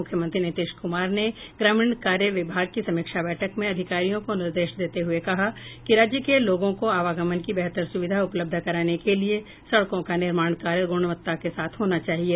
मुख्यमंत्री नीतीश कुमार ने ग्रामीण कार्य विभाग की समीक्षा बैठक में अधिकारियों को निर्देश देते हुए कहा कि राज्य के लोगों को आवागमन की बेहतर सुविधा उपलब्ध कराने के लिए सड़कों का निर्माण कार्य गुणवत्ता के साथ होना चाहिए